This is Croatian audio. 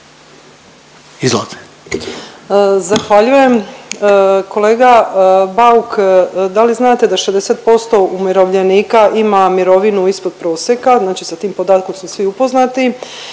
(SDP)** Zahvaljujem. Kolega Bauk, da li znate da 60% umirovljenika ima mirovinu ispod prosjeka, znači sa tim podatkom su svi upoznati